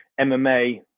MMA